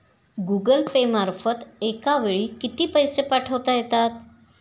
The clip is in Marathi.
गूगल पे मार्फत एका वेळी किती पैसे पाठवता येतात?